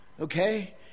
Okay